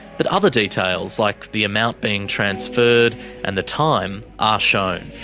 but other details like the amount being transferred and the time are shown.